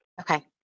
Okay